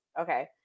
Okay